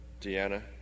Deanna